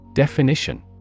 Definition